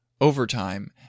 overtime